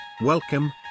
Welcome